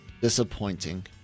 disappointing